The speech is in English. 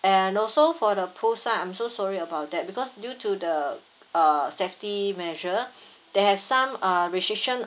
and also for the pool side I'm so sorry about that because due to the uh safety measure they have some uh restriction